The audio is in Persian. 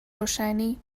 روشنی